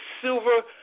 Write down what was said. silver